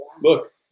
look